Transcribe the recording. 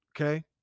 okay